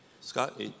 Scott